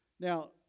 Now